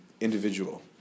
individual